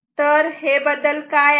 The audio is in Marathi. तर हे बदल काय आहेत